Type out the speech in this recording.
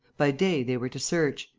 by day, they were to search.